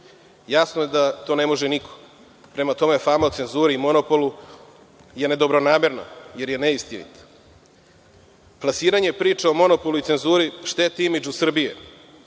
Jasno je da to ne može niko, prema tome, fama o cenzuri i monopolu je nedobronamerna, jer je neistinita. Plasiranje priča o monopolu i cenzuri šteti imidžu Srbije